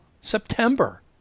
September